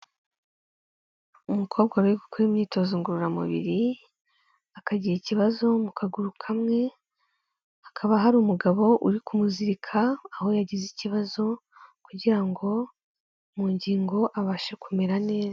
Umukobwa waruri gukora imyitozo ngororamubiri akagira, ikibazo mu kaguru kamwe, hakaba hari umugabo uri kumuzirika aho yagize ikibazo kugira ngo mu ngingo abashe kumera neza.